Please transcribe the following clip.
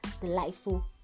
delightful